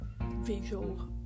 visual